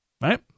right